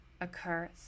occurs